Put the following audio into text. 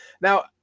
Now